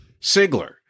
Sigler